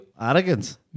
Arrogance